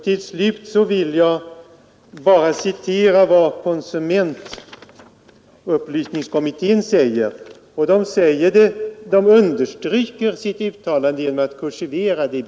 Till slut vill jag bara citera vad konsumentupplysningskommittén anför. Den understryker sitt uttalande, som återges i utskottsbetänkandets, genom att kursivera det.